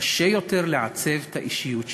קשה יותר לעצב את האישיות שלו.